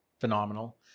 phenomenal